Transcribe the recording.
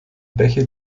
bäche